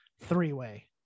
three-way